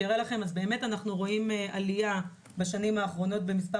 בשנים האחרונות אנחנו רואים עלייה במספר